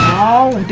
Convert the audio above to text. all